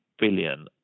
billion